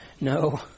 No